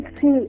See